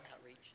Outreach